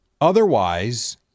Otherwise